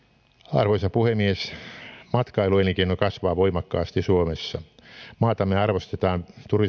arvoisa puhemies matkailuelinkeino kasvaa voimakkaasti suomessa maatamme arvostetaan